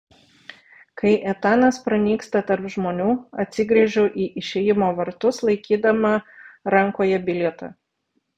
kai etanas pranyksta tarp žmonių atsigręžiu į išėjimo vartus laikydama rankoje bilietą